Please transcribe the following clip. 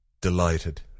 delighted